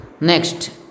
Next